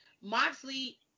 Moxley